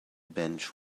bench